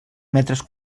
metres